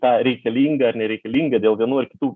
tą reikalingą ar nereikalingą dėl vienų ar kitų